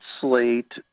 slate